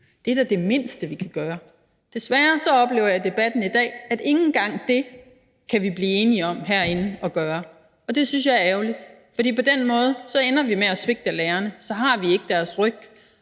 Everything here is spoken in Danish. Det er da det mindste, vi kan gøre. Desværre oplever jeg i debatten i dag, at ikke engang det kan vi herinde blive enige om at gøre. Det synes jeg er ærgerligt. For på den måde ender vi med at svigte lærerne. Så har vi ikke deres ryg,